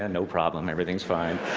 and no problem, everything's fine.